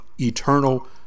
eternal